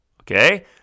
Okay